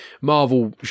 marvel